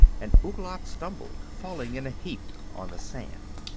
and ouglat stumbled, falling in a heap on the sand.